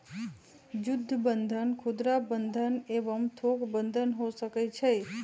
जुद्ध बन्धन खुदरा बंधन एवं थोक बन्धन हो सकइ छइ